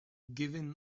given